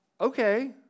okay